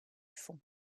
fonds